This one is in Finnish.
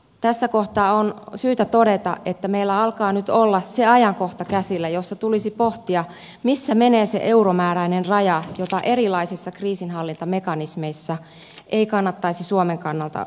tässä kohtaa on syytä todeta että meillä alkaa nyt olla se ajankohta käsillä jossa tulisi pohtia missä menee se euromääräinen raja jota erilaisissa kriisinhallintamekanismeissa ei kannattaisi suomen kannalta ylittää